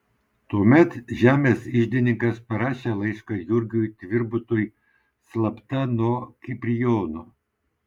tuomet žemės iždininkas parašė laišką jurgiui tvirbutui slapta nuo kiprijono